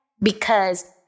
Because-